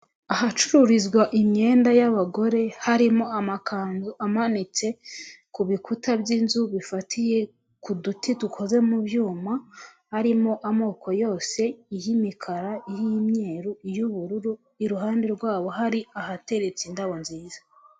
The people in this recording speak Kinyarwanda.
Ahacururizwa imyenda y'abagore harimo amakanzu amanitse ku bikuta by'inzu bifatiye ku duti dukoze mu byuma harimo amoko yose iy'imikara iy'imyeru iy'ubururu iruhande rwabo hari ahateretse indabo nziza.